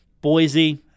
Boise